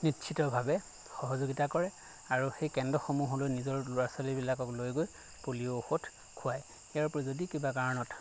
নিশ্চিতভাৱে সহযোগিতা কৰে আৰু সেই কেন্দ্ৰসমূহলৈ নিজৰ ল'ৰা ছোৱালীবিলাকক লৈ গৈ পলিঅ' ঔষধ খুৱায় ইয়াৰ পৰা যদি কিবা কাৰণত